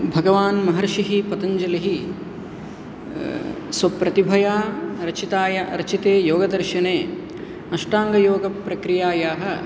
भगवान् महर्षिः पतञ्जलिः स्वप्रतिभया रचिताय रचिते योगदर्शने अष्टाङ्गयोगप्रक्रियायाः